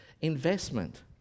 investment